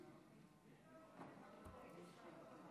אנחנו רוצים להצביע.